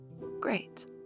great